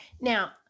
Now